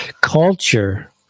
culture